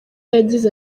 yagize